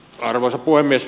arvoisa puhemies